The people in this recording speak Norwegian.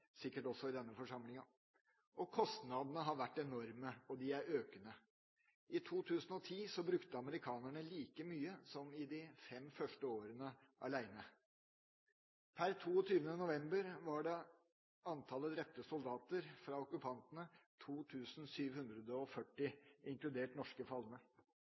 sikkert også for denne forsamlinga. Kostnadene har vært enorme, og de er økende. I 2010 brukte amerikanerne like mye som i de fem første årene alene. Per 22. november var antallet drepte soldater fra okkupantene 2 740, inkludert norske falne. Når det gjelder antallet drepte sivile, er anslagene mer omtrentlige og